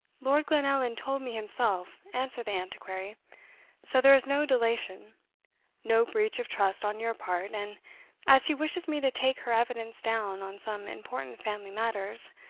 lord glenallan told me himself, answered the antiquary so there is no delation no breach of trust on your part and as he wishes me to take her evidence down on some important family matters,